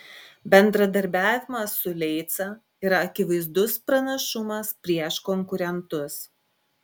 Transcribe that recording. bendradarbiavimas su leica yra akivaizdus pranašumas prieš konkurentus